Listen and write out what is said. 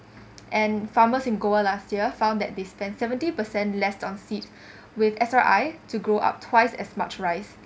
and farmers in goa last year found that they spend seventy percent less on seed with S_R_I to grow up twice as much rice